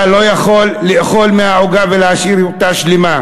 אתה לא יכול לאכול מהעוגה ולהשאיר אותה שלמה.